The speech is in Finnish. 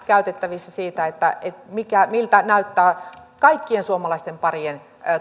käytettävissä siitä miltä näyttää kaikkien suomalaisten parien